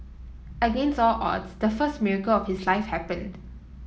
against all odds the first miracle of his life happened